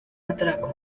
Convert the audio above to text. atraco